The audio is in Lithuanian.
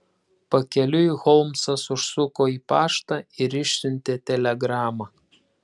pakeliui holmsas užsuko į paštą ir išsiuntė telegramą